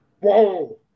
whoa